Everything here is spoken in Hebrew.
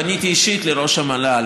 פניתי אישית אל ראש המל"ל,